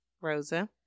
Rosa